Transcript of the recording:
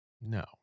No